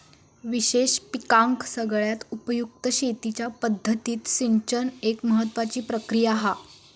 विशेष पिकांका सगळ्यात उपयुक्त शेतीच्या पद्धतीत सिंचन एक महत्त्वाची प्रक्रिया हा